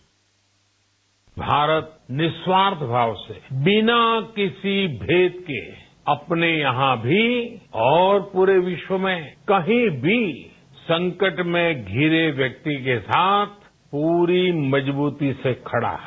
bite Bharat निःस्वार्थ भाव से बिना किसी भेद के अपने यहां भी और प्ररे विश्व में कहीं भी संकट में धिरे व्यक्ति के साथ पूरी मजबूती से खड़ा है